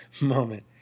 moment